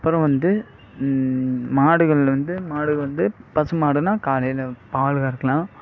அப்பறம் வந்து மாடுகள் வந்து மாடுகள் வந்து பசு மாடுனா காலையில் பால் கறக்குலாம்